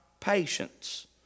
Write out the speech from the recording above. patience